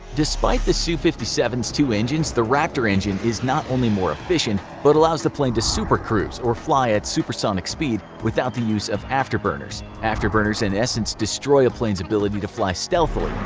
despite the su fifty seven s two engines, the lightning's engine is not only more efficient, but allows the plane to supercruise or fly at supersonic speed without the use of afterburners. afterburners in essence destroy a plane's ability to fly stealthily,